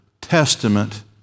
testament